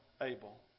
Abel